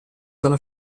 dalla